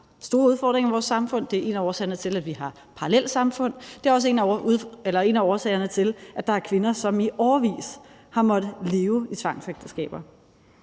store udfordringer i vores samfund. Det er en af årsagerne til, at vi har parallelsamfund. Det er også en af årsagerne til, at der er kvinder, som i årevis har måttet leve i tvangsægteskaber.